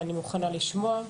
ואני מוכנה לשמוע,